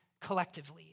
collectively